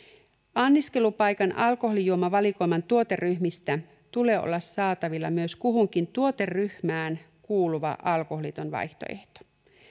anniskelupaikan alkoholijuomavalikoiman tuoteryhmistä tulee olla saatavilla myös kuhunkin tuoteryhmään kuuluva alkoholiton vaihtoehto